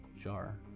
Jar